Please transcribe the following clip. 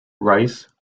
rice